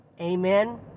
Amen